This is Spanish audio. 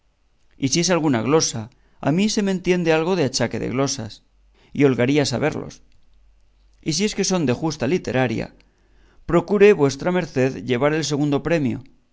y si es alguna glosa a mí se me entiende algo de achaque de glosas y holgaría saberlos y si es que son de justa literaria procure vuestra merced llevar el segundo premio